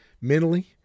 mentally